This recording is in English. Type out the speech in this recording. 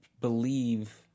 believe